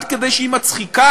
עד כדי שהיא מצחיקה,